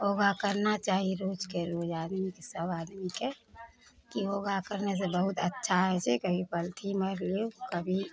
योगा करबा चाही रोजके रोज आदमीके सब आदमीके की योगा कयला सऽ बहुत अच्छा होइ छै कभी पल्थी मारि लियौ कभी